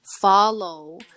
follow